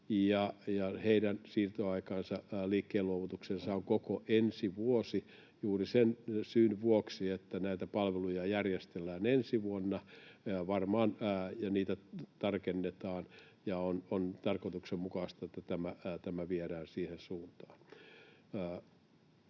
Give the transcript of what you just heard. Heidän siirtoaikansa, liikkeenluovutuksensa on koko ensi vuosi juuri sen syyn vuoksi, että näitä palveluja järjestellään varmaan ensi vuonna ja niitä tarkennetaan, ja on tarkoituksenmukaista, että tämä viedään siihen suuntaan.